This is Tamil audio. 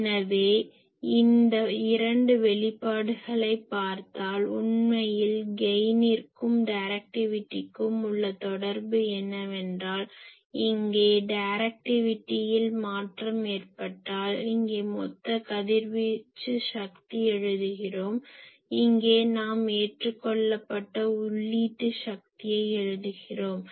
எனவே இந்த இரண்டு வெளிப்பாடுகளைப் பார்த்தால் உண்மையில் கெயினிற்கும் டைரெக்டிவிட்டிக்கும் உள்ள தொடர்பு என்னவென்றால் இங்கே டைரக்டிவிட்டியில் மாற்றம் ஏற்பட்டால் இங்கே மொத்த கதிர்வீசும் சக்தியை எழுதுகிறோம் இங்கே நாம் ஏற்றுக்கொள்ளப்பட்ட உள்ளீட்டு சக்தியை எழுதுகிறோம்